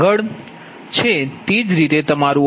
આગળ છે તે જ રીતે તમારું I23V2f V3fj0